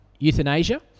euthanasia